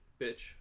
bitch